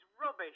rubbish